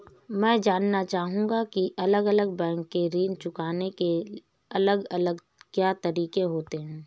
मैं जानना चाहूंगा की अलग अलग बैंक के ऋण चुकाने के अलग अलग क्या तरीके होते हैं?